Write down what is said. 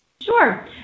Sure